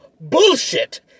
bullshit